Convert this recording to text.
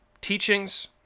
teachings